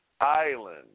Island